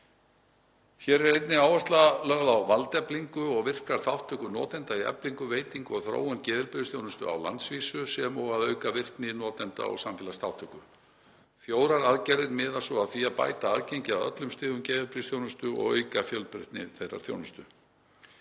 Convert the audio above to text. Hér er einnig áhersla lögð á valdeflingu og virka þátttöku notenda í eflingu, veitingu og þróun geðheilbrigðisþjónustu á landsvísu sem og að auka virkni notenda og samfélagsþátttöku. Fjórar aðgerðir miða svo að því að bæta aðgengi að öllum stigum geðheilbrigðisþjónustu og auka fjölbreytni þeirrar þjónustu.